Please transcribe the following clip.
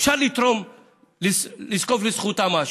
אפשר לזקוף לזכותה משהו,